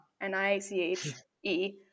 N-I-C-H-E